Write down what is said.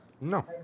No